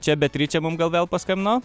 čia beatričė mum gal vėl paskambino